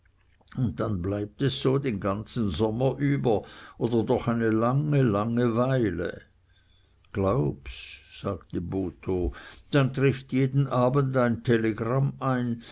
und dann bleibt es so den ganzen sommer über oder doch eine lange lange weile glaub's sagte botho dann trifft jeden abend ein telegramm ein